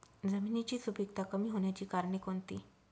जमिनीची सुपिकता कमी होण्याची कारणे कोणती?